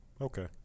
okay